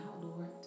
Lord